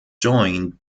joined